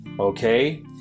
Okay